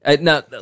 Now